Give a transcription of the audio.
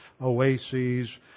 oases